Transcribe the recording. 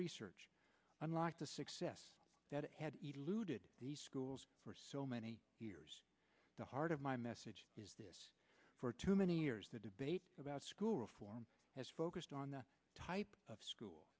research unlike the success that had looted the schools for so many years the heart of my message is this for too many years the debate about school reform has focused on the type of school